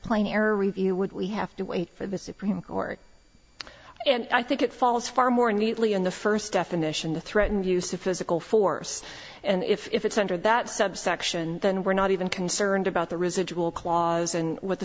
plain error review would we have to wait for the supreme court and i think it falls far more neatly in the first definition to threaten the use of physical force and if it's under that subsection than we're not even concerned about the residual clause and what the